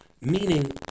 meaning